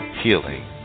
healing